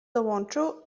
dołączył